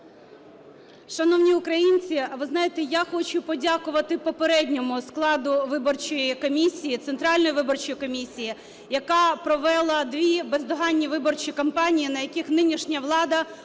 Шановні українці! А ви знаєте, я хочу подякувати попередньому складу виборчої комісії, Центральної виборчої комісії, яка провела дві бездоганні виборчі кампанії, на яких нинішня влада